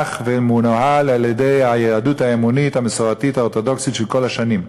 שייך ומנוהל על-ידי היהדות האמונית המסורתית האורתודוקסית של כל השנים,